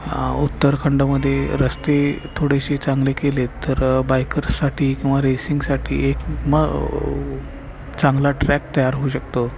उत्तराखंडमध्ये रस्ते थोडेसे चांगले केले तर बायकर्ससाठी किंवा रेसिंगसाठी एक मा चांगला ट्रॅक तयार होऊ शकतो